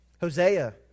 Hosea